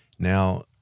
Now